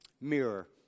mirror